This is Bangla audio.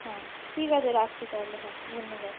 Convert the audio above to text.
হ্যাঁ ঠিক আছে রাখছি তাহলে হ্যাঁ ধন্যবাদ